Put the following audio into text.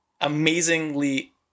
amazingly